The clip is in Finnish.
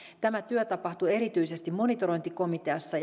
tämä työ tapahtuu erityisesti monitorointikomiteassa